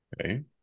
Okay